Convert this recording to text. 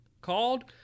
called